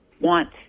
want